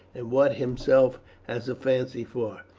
and what he himself has a fancy for.